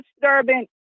disturbing